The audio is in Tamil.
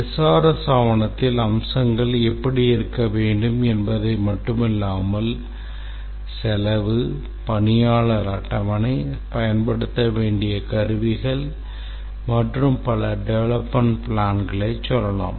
SRS ஆவணத்தில் அம்சங்கள் எப்படி இருக்க வேண்டும் என்பது மட்டுமல்லாமல் செலவு பணியாளர் அட்டவணை பயன்படுத்த வேண்டிய கருவிகள் மற்றும் பல development plans ளைச் சொல்லலாம்